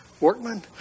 workman